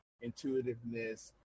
intuitiveness